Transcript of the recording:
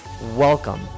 Welcome